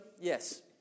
yes